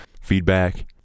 feedback